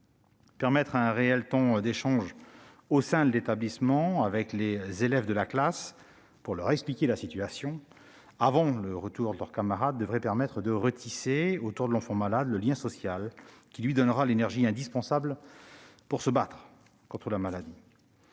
Permettre un réel temps d'échange au sein de l'établissement avec les élèves de la classe pour leur expliquer la situation, avant le retour de leur camarade, devrait permettre de retisser le lien social autour de l'enfant malade, ce qui lui donnera l'énergie indispensable pour se battre contre la maladie.